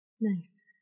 Nice